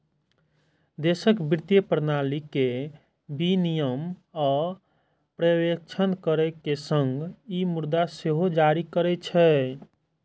देशक वित्तीय प्रणाली के विनियमन आ पर्यवेक्षण करै के संग ई मुद्रा सेहो जारी करै छै